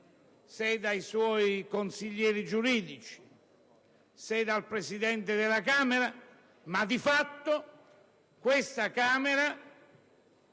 dai suoi consiglieri giuridici, dal Presidente della Camera. Di fatto questa Camera,